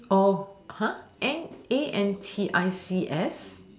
oh !huh! an~ A N T I C S